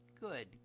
Good